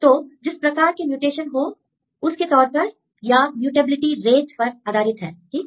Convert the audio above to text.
तो जिस प्रकार के म्यूटेशन हो उस के तौर पर या म्यूटएबिलिटी रेट पर आधारित है ठीक